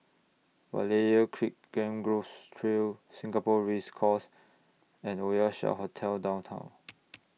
Berlayer Creek Mangrove Trail Singapore Race Course and Oasia Hotel Downtown